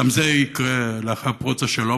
גם זה יקרה לאחר פרוץ השלום,